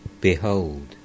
Behold